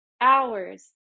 hours